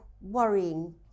worrying